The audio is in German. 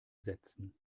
setzen